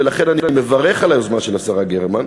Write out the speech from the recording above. ולכן אני מברך על היוזמה של השרה גרמן,